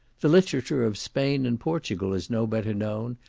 the literature of spain and portugal is no better known,